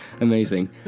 Amazing